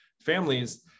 families